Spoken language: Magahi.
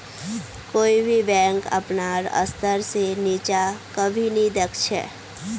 कोई भी बैंक अपनार स्तर से नीचा कभी नी दख छे